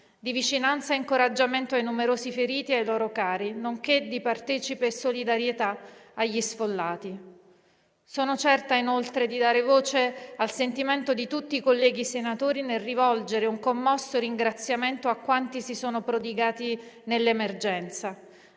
di vicinanza e incoraggiamento ai numerosi feriti e ai loro cari, nonché di partecipe solidarietà agli sfollati. Sono certa, inoltre, di dare voce al sentimento di tutti i colleghi senatori nel rivolgere un commosso ringraziamento a quanti si sono prodigati nell'emergenza,